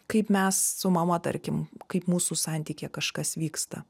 kaip mes su mama tarkim kaip mūsų santykyje kažkas vyksta